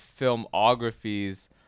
filmographies